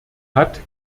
hat